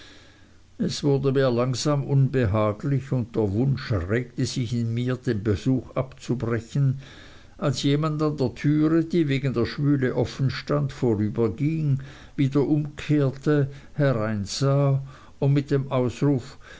es wurde mir langsam unbehaglich und der wunsch regte sich in mir den besuch abzubrechen als jemand an der türe die wegen der schwüle offen stand vorüberging wieder umkehrte hereinsah und mit dem ausruf